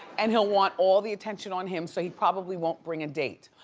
and he'll want all the attention on him so he probably won't bring a date.